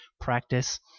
practice